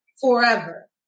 forever